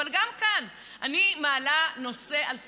אבל גם כאן, אני מעלה נושא על סדר-היום.